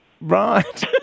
Right